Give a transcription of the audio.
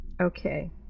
Okay